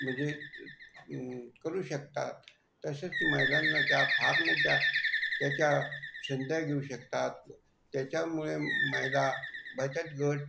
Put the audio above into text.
म्हणजे करू शकतात तसेच महिलांना त्या फार मोठ्या त्याच्या संध्या घेऊ शकतात त्याच्यामुळे महिला बचत गट